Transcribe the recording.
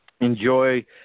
enjoy